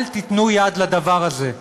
אל תיתנו יד לדבר הזה.